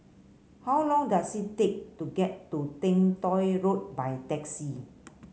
how long does it take to get to Teng Tong Road by taxi